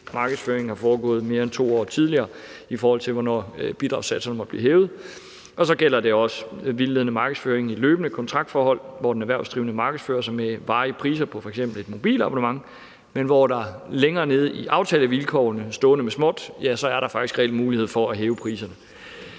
markedsføringen er foregået mere end 2 år tidligere, i forhold til hvornår bidragssatserne måtte blive hævet. Så gælder det også vildledende markedsføring i løbende kontraktforhold, hvor den erhvervsdrivende markedsfører sig med varige priser på f.eks. et mobilabonnement, men hvor der længere nede i aftalevilkårene – stående med småt – reelt er mulighed for at hæve priserne.